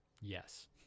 Yes